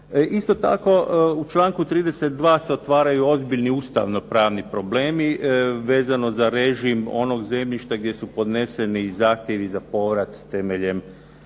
Isto tako, u članku 32. se otvaraju ozbiljni ustavno-pravni problemi vezano za režim onog zemljišta gdje su podneseni zahtjevi za povrat temeljem